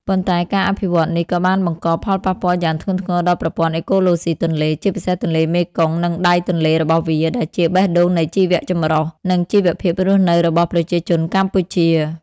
ប៉ុន្តែការអភិវឌ្ឍន៍នេះក៏បានបង្កផលប៉ះពាល់យ៉ាងធ្ងន់ធ្ងរដល់ប្រព័ន្ធអេកូឡូស៊ីទន្លេ ជាពិសេសទន្លេមេគង្គ និងដៃទន្លេរបស់វា ដែលជាបេះដូងនៃជីវៈចម្រុះ និងជីវភាពរស់នៅរបស់ប្រជាជនកម្ពុជា។